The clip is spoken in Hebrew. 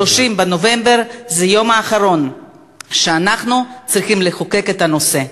30 בנובמבר זה היום האחרון שבו אנחנו צריכים לחוקק את הנושא.